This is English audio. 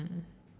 mm